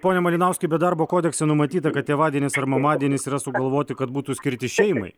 pone malinauskai bet darbo kodekse numatyta kad tėvadienis ar mamadienis yra sugalvoti kad būtų skirti šeimai